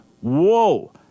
whoa